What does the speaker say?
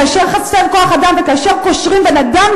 כאשר חסר כוח-אדם וכאשר קושרים בן-אדם